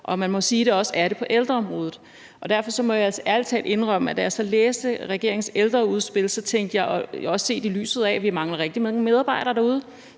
som man må sige der også er på ældreområdet. Derfor må jeg altså ærlig talt indrømme, at da jeg så læste regeringens ældreudspil, blev jeg lidt slukøret – også set i lyset af at vi mangler rigtig mange med mange medarbejdere derude,